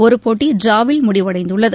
ஒரு போட்டி டிராவில் முடிவடைந்துள்ளது